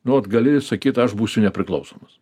nu vat gali sakyt aš būsiu nepriklausomas